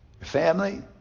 family